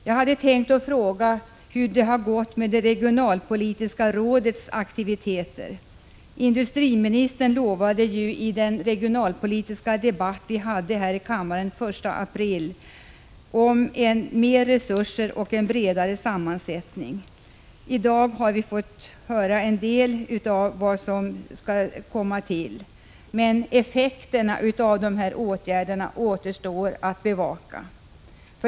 Jag hade tänkt fråga hur det har gått med det regionalpolitiska rådets aktiviteter. Industriministern lovade ju i den regionalpolitiska debatt som vi förde här i kammaren den 1 april mer resurser till och en bredare Prot. 1985/86:149 sammansättning av rådet. I dag har vi fått höra en del av vad som skall 22 maj 1986 komma till, men effekterna av dessa åtgärder återstår att bevaka.